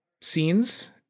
scenes